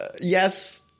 yes